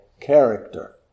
character